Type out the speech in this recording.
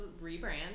rebrand